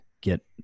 get